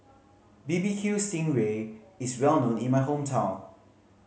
barbecue sting ray is well known in my hometown